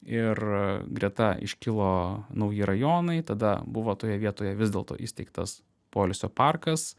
ir greta iškilo nauji rajonai tada buvo toje vietoje vis dėlto įsteigtas poilsio parkas